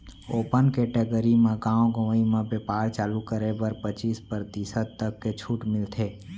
open category म गाँव गंवई म बेपार चालू करे बर पचीस परतिसत तक के छूट मिलथे